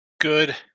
Good